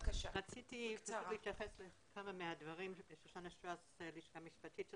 קודם